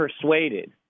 persuaded